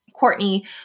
Courtney